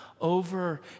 over